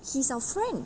he's our friend